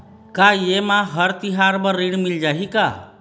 का ये मा हर तिहार बर ऋण मिल जाही का?